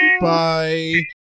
Bye